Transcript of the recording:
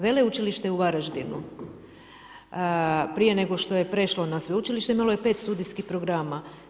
Veleučilište u Varaždinu prije nego što je prešlo na sveučilište imalo je 5 studijskih programa.